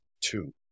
two